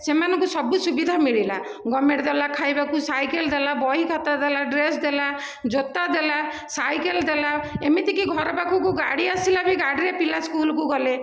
ସେମାନଙ୍କୁ ସବୁ ସୁବିଧା ମିଳିଲା ଗଭର୍ଣ୍ଣମେଣ୍ଟ ଦେଲା ଖାଇବାକୁ ସାଇକେଲ ଦେଲା ବହିଖାତା ଦେଲା ଡ୍ରେସ ଦେଲା ଜୋତା ଦେଲା ସାଇକେଲ ଦେଲା ଏମିତିକି ଘର ପାଖକୁ ଗାଡ଼ି ଆସିଲା ବି ଗାଡ଼ିରେ ପିଲା ସ୍କୁଲକୁ ଗଲେ